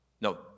no